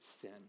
sin